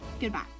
Goodbye